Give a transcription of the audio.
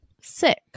sick